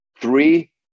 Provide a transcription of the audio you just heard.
three